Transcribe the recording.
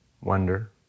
wonder